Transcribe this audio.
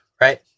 Right